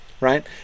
right